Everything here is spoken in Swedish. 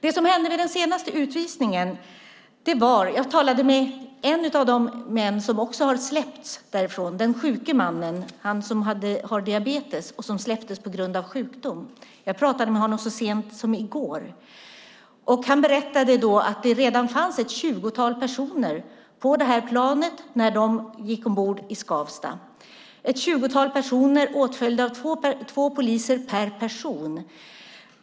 Jag har pratat med en av de män i gruppen av utvisade som också har släppts - den sjuke mannen som har diabetes och släpptes på grund av sjukdom. Jag pratade med honom så sent som i går, och han berättade då att det redan fanns ett tjugotal personer på planet när de gick ombord i Skavsta. Det var ett tjugotal personer åtföljda av två poliser per person.